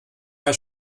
mal